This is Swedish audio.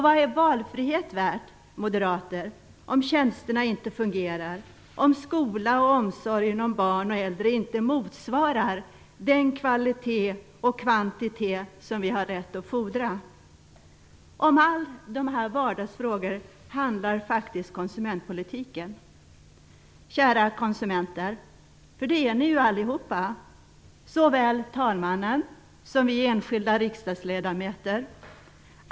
Vad är valfrihet värt, moderater, om tjänsterna inte fungerar, om skola och omsorgen om barn och äldre inte motsvarar den kvalitet och kvantitet som vi har rätt att fordra? Om alla dessa vardagsfrågor handlar faktiskt konsumentpolitiken. Kära konsumenter! Konsumenter är vi ju allihopa, såväl talmannen som vi enskilda riksdagsledamöter.